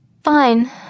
Fine